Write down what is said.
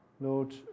Lord